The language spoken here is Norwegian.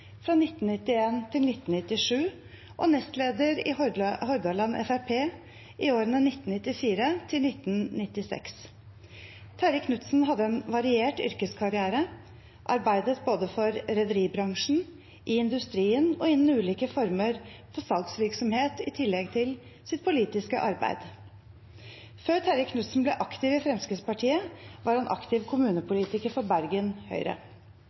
fra 1991 til 1997 og nestleder i Hordaland Fremskrittsparti i årene 1994 til 1996. Terje Knudsen hadde en variert yrkeskarriere, arbeidet både for rederibransjen, i industrien og innen ulike former for salgsvirksomhet i tillegg til sitt politiske arbeid. Før Terje Knudsen ble aktiv i Fremskrittspartiet, var han aktiv kommunepolitiker for Bergen Høyre.